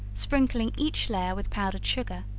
sprinkling each layer with powdered sugar.